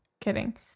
Kidding